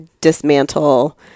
dismantle